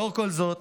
לאור כל זאת